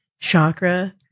chakra